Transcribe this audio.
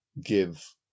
give